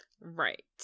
right